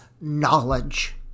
knowledge